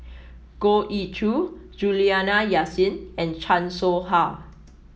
Goh Ee Choo Juliana Yasin and Chan Soh Ha